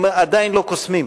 הם עדיין לא קוסמים.